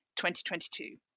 2022